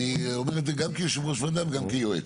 אני אומר את זה גם כיושב ראש ועדה וגם כיועץ.